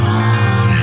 on